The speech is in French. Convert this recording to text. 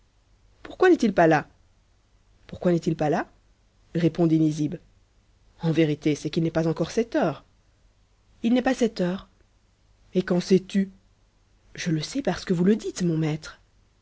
pourquoi n'est-il pas là pourquoi n'est-il pas là répondit nizib en vérité c'est qu'il n'est pas encore sept heures il n'est pas sept heures et qu'en sais-tu je le sais parce que vous le dites mon maître